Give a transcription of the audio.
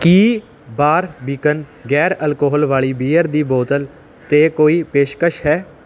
ਕੀ Barbican ਗੈਰ alcohol ਵਾਲੀ beer ਦੀ ਬੋਤਲ 'ਤੇ ਕੋਈ ਪੇਸ਼ਕਸ਼ ਹੈ